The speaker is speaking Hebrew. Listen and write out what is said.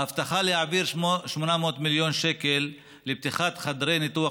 ההבטחה להעביר 800 מיליון שקל לפתיחת חדרי ניתוח